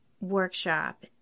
workshop